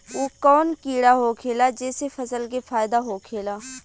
उ कौन कीड़ा होखेला जेसे फसल के फ़ायदा होखे ला?